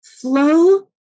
flow